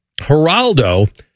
Geraldo